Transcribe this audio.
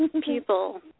People